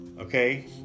Okay